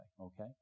okay